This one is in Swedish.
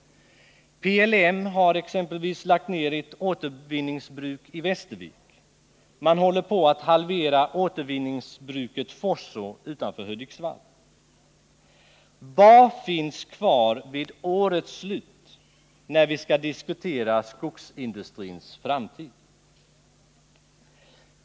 PLM har t.ex. lagt ner ett återvinningsbruk i Västervik, och man håller på att halvera återvinningsbru ket Forså utanför Hudiksvall. Vad finns kvar vid årets slut när vi skall diskutera skogsindustrins framtid?